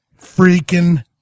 freaking